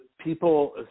people